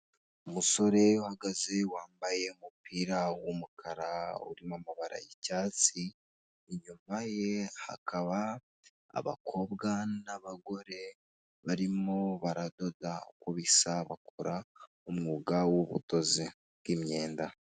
Umusore uhagaze wambaye umupira w'umukara, urimo amabara y'icyatsi inyuma ye hakaba abakobwa n'abagore barimo baradoda, uko bisa bakora umwuga w'ubudozi bw'imyenda.